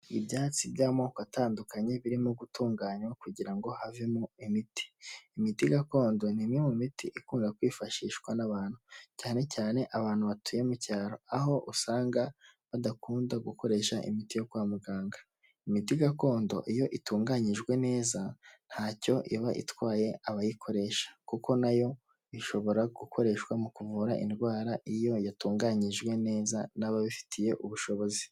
Ibyatsi by'amoko atandukanye, birimo gutunganywa kugira ngo havemo imiti, imiti gakondo ni imwe mu miti ikunda kwifashishwa n'abantu, cyane cyane abantu batuye mu cyaro, aho usanga badakunda gukoresha imiti yo kwa muganga, imiti gakondo iyo itunganyijwe neza ntacyo iba itwaye abayikoresha, kuko na yo ishobora gukoreshwa mu kuvura indwara iyo yatunganyijwe neza n'ababifitiye ubushobozi.